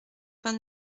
vingt